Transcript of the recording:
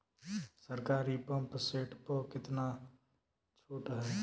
सरकारी pump set प कितना छूट हैं?